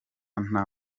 nta